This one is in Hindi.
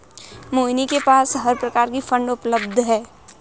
मोहिनी के पास हर प्रकार की फ़ंड उपलब्ध है